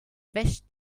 wischt